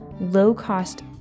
low-cost